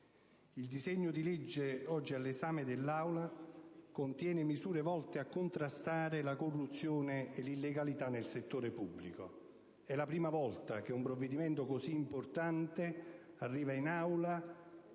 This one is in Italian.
Il disegno di legge oggi all'esame dell'Aula contiene misure volte a contrastare la corruzione e l'illegalità nel settore pubblico. È la prima volta che un provvedimento così importante arriva in Aula